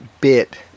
bit